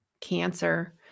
cancer